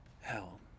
hell